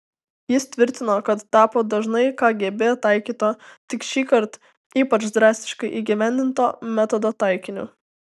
jis tvirtino kad tapo dažnai kgb taikyto tik šįkart ypač drastiškai įgyvendinto metodo taikiniu